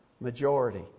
majority